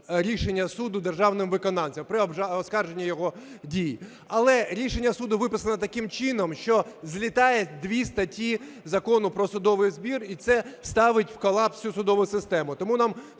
рішення суду державним виконавцем, при оскарженні його дій. Але рішення виписано таким чином, що злітає дві статті Закону "Про судовий збір", і це ставить в колапс всю судову систему.